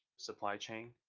supply chain,